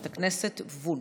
חברת הכנסת וונש.